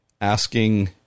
Asking